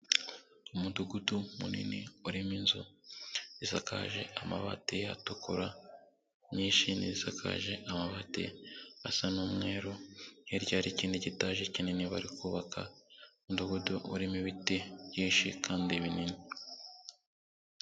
Umudugudu munini urimo inzu isakaje amabati atukura inyinshi ni izisakaje amabati asa n'umweru, hirya hari ikindi gitaje kinini bari kubaka, umudugudu urimo ibiti byinshi kandi binini.